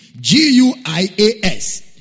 G-U-I-A-S